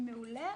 מעולה.